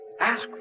Ask